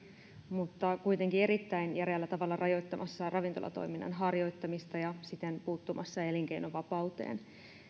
mutta kuitenkin erittäin järeällä tavalla rajoittamassa ravintolatoiminnan harjoittamista ja siten puuttumassa elinkeinovapauteen